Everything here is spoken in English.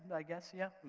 i guess, yes,